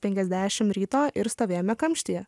penkiasdešim ryto ir stovėjome kamštyje